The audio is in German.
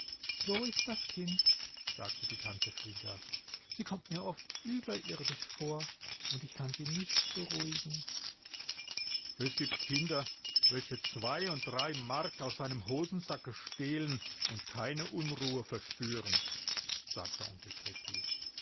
so ist das kind sagte die tante frieda sie kommt mir oft überirdisch vor und ich kann sie nicht beruhigen es gibt kinder welche zwei und drei mark aus einem hosensacke stehlen und keine unruhe verspüren sagte onkel pepi